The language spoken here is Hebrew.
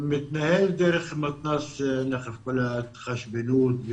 דרך מתנ"ס נחף מתנהלת כל ההתחשבנות,